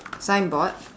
signboard